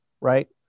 right